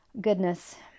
goodness